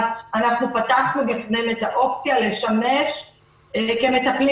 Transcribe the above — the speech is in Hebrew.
אנחנו פתחנו בפניהם את האופציה לשמש כמטפלים